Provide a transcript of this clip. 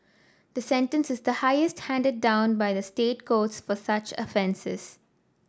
the sentence is the highest handed down by the State Courts for such offences